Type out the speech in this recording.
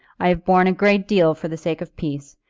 i have borne a great deal for the sake of peace,